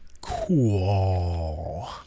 cool